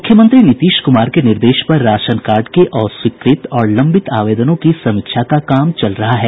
मुख्यमंत्री नीतीश कुमार के निर्देश पर राशन कार्ड के अस्वीकृत और लंबित आवेदनों की समीक्षा का काम चल रहा है